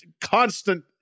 constant